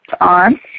on